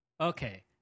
Okay